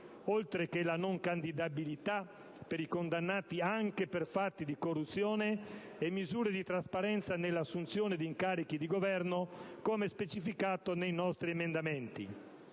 oltre alla non candidabilità per i condannati anche per fatti di corruzione e misure di trasparenza nella assunzione di incarichi di governo, come specificato nei nostri emendamenti.